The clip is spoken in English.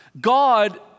God